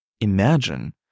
imagine